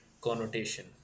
connotation